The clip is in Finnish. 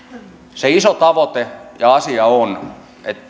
se iso tavoite ja asia on